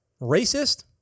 Racist